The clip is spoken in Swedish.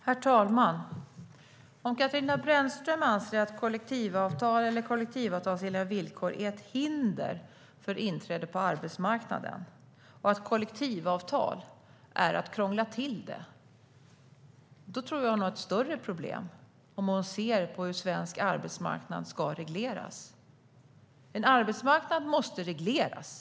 Herr talman! Om Katarina Brännström anser att kollektivavtal eller kollektivavtalsenliga villkor är ett hinder för inträde på arbetsmarknaden och att kollektivavtal är att krångla till det tror jag att hon har ett större problem med hur hon ser på hur svensk arbetsmarknad ska regleras. En arbetsmarknad måste regleras.